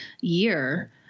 year